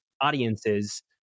audiences